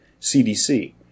CDC